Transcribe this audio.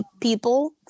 people